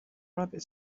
rabbit